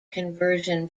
conversion